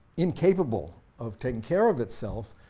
incapable of taking care of itself,